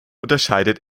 unterscheidet